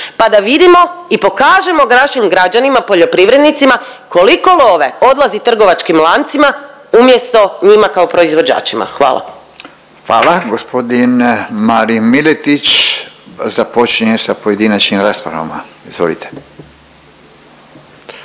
pa da vidimo i pokažemo našim građanima poljoprivrednicima koliko love odlazi trgovačkim lancima umjesto njima kao proizvođačima. Hvala. **Radin, Furio (Nezavisni)** Hvala. Gospodin Marin Miletić započinje sa pojedinačnim raspravama. Izvolite.